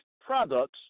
products